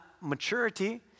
maturity